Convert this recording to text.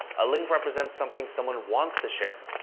a link represents something someone wants to share.